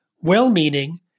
well-meaning